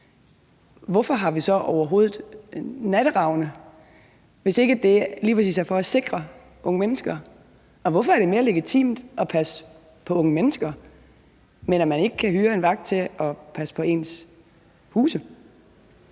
Hvorfor har vi så overhovedet Natteravnene, hvis ikke det lige præcis er for at sikre unge mennesker? Og hvorfor er det mere legitimt, at der passes på unge mennesker, end at man hyrer en vagt til at passe på folks huse?